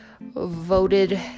voted